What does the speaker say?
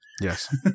Yes